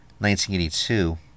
1982